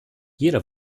jeder